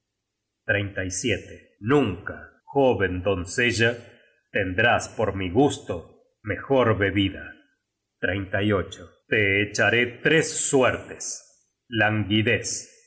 nunca jóven doncella tendrás por mi gusto mejor bebida te echaré tres suertes languidez